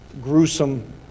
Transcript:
gruesome